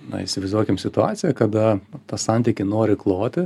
na įsivaizduokim situaciją kada tą santykį nori kloti